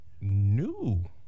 new